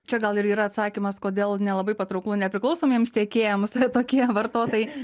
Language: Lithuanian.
čia gal ir yra atsakymas kodėl nelabai patrauklu nepriklausomiems tiekėjams tokie vartotojai